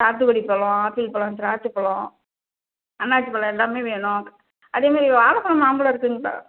சாத்துக்குடி பழம் ஆப்பிள் பழம் திராட்சை பழம் அன்னாசி பழம் எல்லாமே வேணும் அதேமாரி வாழைப்பலம் மாம்பழம் இருக்குதுங்களா